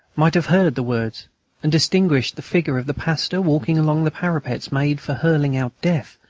might have heard the words and distinguished the figure of the pastor walking along the parapets made for hurling out death,